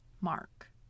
mark